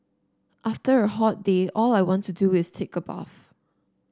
after a hot day all I want to do is take a bath